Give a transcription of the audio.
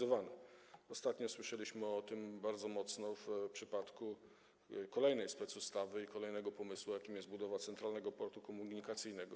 Ostatnio słyszeliśmy o tym, bardzo mocno to wybrzmiało w przypadku kolejnej specustawy i kolejnego pomysłu, jakim jest budowa Centralnego Portu Komunikacyjnego.